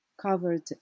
covered